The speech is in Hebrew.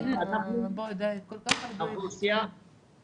חלקם יפשטו את הרגל.